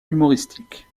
humoristiques